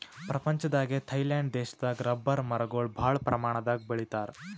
ಪ್ರಪಂಚದಾಗೆ ಥೈಲ್ಯಾಂಡ್ ದೇಶದಾಗ್ ರಬ್ಬರ್ ಮರಗೊಳ್ ಭಾಳ್ ಪ್ರಮಾಣದಾಗ್ ಬೆಳಿತಾರ್